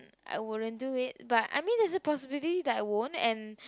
I wouldn't do it but I mean there is possibility that I won't